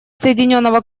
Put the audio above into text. соединенного